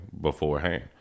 beforehand